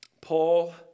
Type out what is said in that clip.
Paul